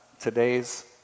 today's